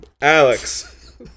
Alex